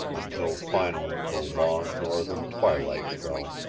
until finally the long northern twilight fell,